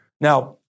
Now